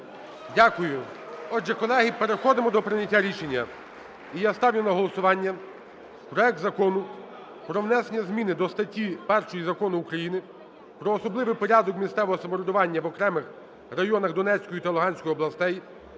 Дякую. Отже, колеги, переходимо до прийняття рішення. І я ставлю на голосування проект Закону про внесення зміни до статті 1 Закону України "Про особливий порядок місцевого самоврядування в окремих районах Донецької та Луганської областей"